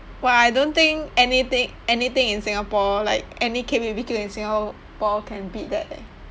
!wah! I don't think anything anything in singapore like any K_B_B_Q in singapore can beat that leh